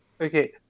Okay